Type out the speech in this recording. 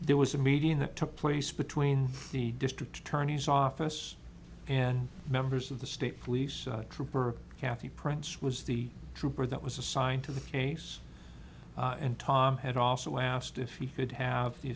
there was a meeting that took place between the district attorney's office and members of the state police trooper kathy prince was the trooper that was assigned to the case and tom had also asked if he could have the